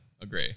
Agree